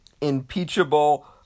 impeachable